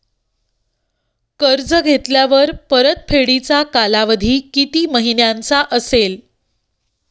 कर्ज घेतल्यावर परतफेडीचा कालावधी किती महिन्यांचा असेल?